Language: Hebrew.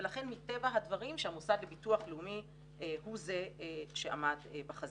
ולכן מטבע הדברים שהמוסד לביטוח לאומי הוא זה שעמד בחזית.